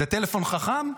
זה טלפון חכם?